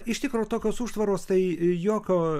iš tikro tokios užtvaros tai jokio